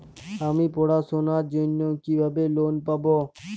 আমি পড়াশোনার জন্য কিভাবে লোন পাব?